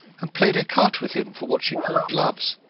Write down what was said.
and played ecarte with him for what she called gloves.